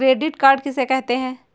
Credit card किसे कहते हैं?